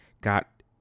got